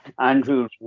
Andrew